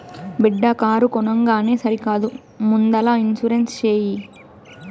బిడ్డా కారు కొనంగానే సరికాదు ముందల ఇన్సూరెన్స్ చేయి